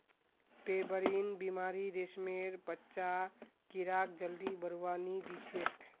pebrine बीमारी रेशमेर बच्चा कीड़ाक जल्दी बढ़वा नी दिछेक